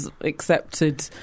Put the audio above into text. accepted